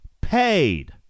paid